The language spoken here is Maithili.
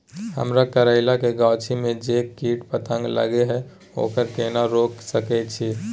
हमरा करैला के गाछी में जै कीट पतंग लगे हैं ओकरा केना रोक सके छी?